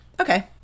okay